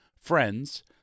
Friends